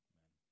Amen